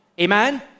Amen